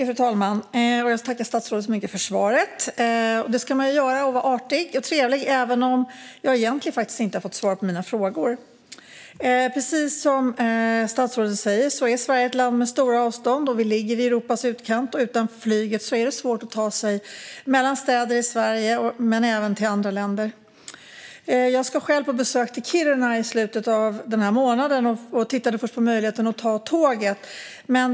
Fru talman! Jag tackar statsrådet så mycket för svaret. Det ska jag vara artig och trevlig och göra, även om jag egentligen inte har fått svar på mina frågor. Precis som statsrådet säger är Sverige ett land med stora avstånd. Vi ligger i Europas utkant, och utan flyget är det svårt att ta sig till andra länder och mellan städer i Sverige. Jag ska själv på besök till Kiruna i slutet av den här månaden och tittade först på möjligheten att ta tåget.